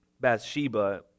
Bathsheba